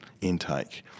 intake